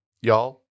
Y'all